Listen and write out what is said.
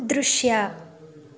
ದೃಶ್ಯ